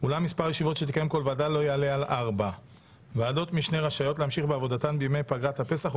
אולם מספר הישיבות שתקיים כל ועדה לא יעלה על 4. ועדות משנה רשאיות להמשיך בעבודתן בימי פגרת הפסח,